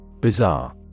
Bizarre